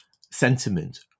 sentiment